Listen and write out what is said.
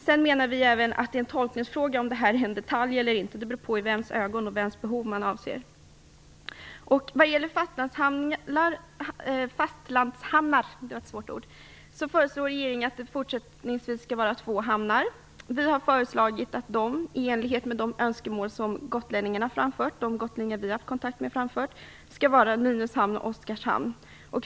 Vi menar också att det är en tolkningsfråga om det är en detalj eller inte. Det beror på med vems ögon man ser och vems behov man avser. Vad gäller fastlandshamnar föreslår regeringen att det fortsättningsvis skall vara två hamnar. Vi har föreslagit att de, i enlighet med de önskemål som de gotlänningar vi har haft kontakt med framfört, skall vara Nynäshamn och Oskarshamn.